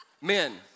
Men